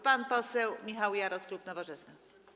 Pan poseł Michał Jaros, klub Nowoczesna.